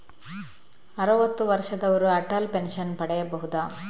ಅರುವತ್ತು ವರ್ಷದವರು ಅಟಲ್ ಪೆನ್ಷನ್ ಪಡೆಯಬಹುದ?